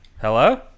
Hello